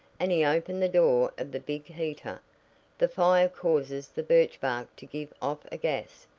and he opened the door of the big heater the fire causes the birchbark to give off a gas,